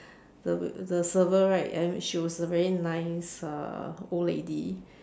the the server right she's was a very nice uh old lady